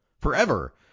forever